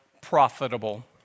profitable